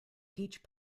peach